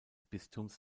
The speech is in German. bistums